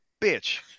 bitch